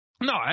no